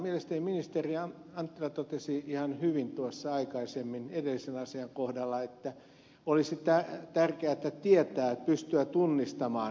mielestäni ministeri anttila totesi ihan hyvin tuossa aikaisemmin edellisen asian kohdalla että olisi tärkeätä tietää pystyä tunnistamaan petoeläimet